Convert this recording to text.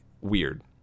weird